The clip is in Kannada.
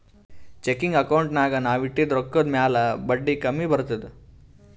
ಚೆಕಿಂಗ್ ಅಕೌಂಟ್ನಾಗ್ ನಾವ್ ಇಟ್ಟಿದ ರೊಕ್ಕಾ ಮ್ಯಾಲ ಬಡ್ಡಿ ಕಮ್ಮಿ ಬರ್ತುದ್